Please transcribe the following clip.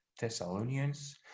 Thessalonians